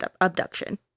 abduction